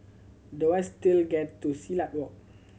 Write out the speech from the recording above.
the wise to get to Silat Walk